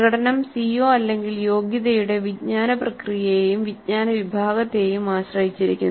പ്രകടനം സിഒ അല്ലെങ്കിൽ യോഗ്യതയുടെ വിജ്ഞാന പ്രക്രിയയെയും വിജ്ഞാന വിഭാഗത്തെയും ആശ്രയിച്ചിരിക്കുന്നു